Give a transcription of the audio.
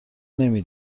نمی